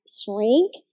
shrink